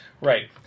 Right